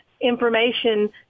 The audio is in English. information